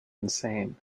insane